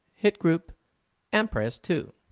hit group and press two.